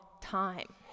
time